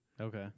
okay